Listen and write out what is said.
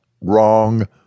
wrong